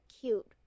cute